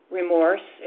remorse